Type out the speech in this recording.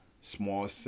small